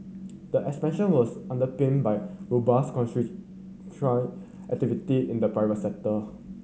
the expansion was underpinned by robust activity in the private sector